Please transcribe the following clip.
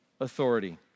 authority